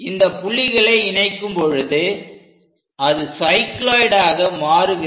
இந்த புள்ளிகளை இணைக்கும் பொழுது அது சைக்ளோயிடாக உருவாகிறது